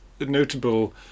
notable